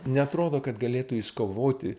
neatrodo kad galėtų jis kovoti